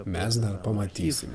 mes dar pamatysime